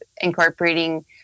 Incorporating